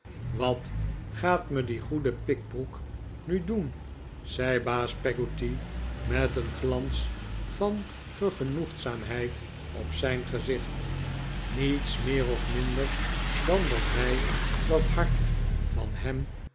wat gaat me die goede pikbroek nu doen zei baas peggotty met een glans van vergenoegdheid op zijn gezicht niets meer of minder dan dat hij dat hart van hem